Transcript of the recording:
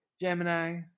Gemini